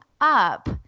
up